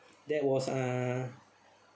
that was uh